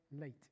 late